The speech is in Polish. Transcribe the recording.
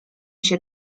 się